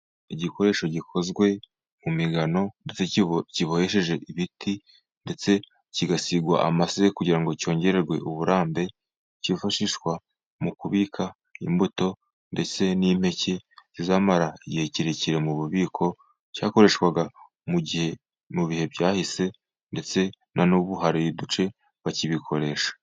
Igikoresho gikozwe mu migano kibohesheje ibiti ndetse kigasigwa amase, kugira ngo cyongerwe uburambe. Kifashishwa mu kubika imbuto ndetse n'impeke zizamara igihe kirekire mu bubiko. Cyakoreshwaga mu bihe byahise, ndetse na n'ubu hari uduce bakibikoresha.